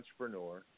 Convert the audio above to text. entrepreneur